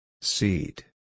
Seat